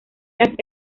las